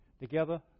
together